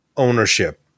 ownership